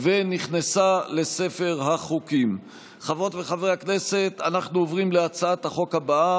אם כך, 12 בעד,